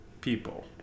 people